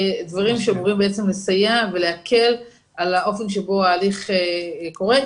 דברים שאמורים לסייע ולהקל על האופן שבו ההליך קורה.